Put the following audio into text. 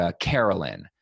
Carolyn